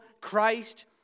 Christ